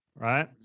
right